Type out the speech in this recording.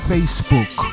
Facebook